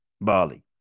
Bali